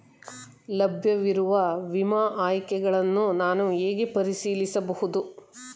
ಲಭ್ಯವಿರುವ ವಿಮಾ ಆಯ್ಕೆಗಳನ್ನು ನಾನು ಹೇಗೆ ಪರಿಶೀಲಿಸಬಹುದು?